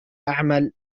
أعمل